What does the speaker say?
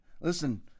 Listen